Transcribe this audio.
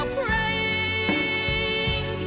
praying